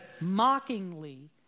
mockingly